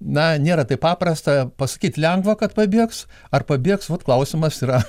na nėra taip paprasta pasakyti lengva kad pabėgs ar pabėgs vat klausimas yra